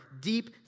deep